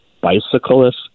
bicyclists